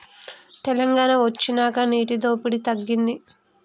తెలంగాణ వొచ్చినాక నీటి దోపిడి తగ్గింది